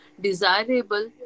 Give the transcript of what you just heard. desirable